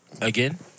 again